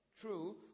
true